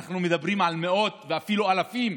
אנחנו מדברים על מאות ואפילו על אלפים,